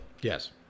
yes